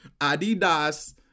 Adidas